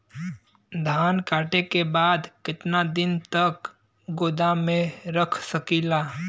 धान कांटेके बाद कितना दिन तक गोदाम में रख सकीला?